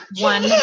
one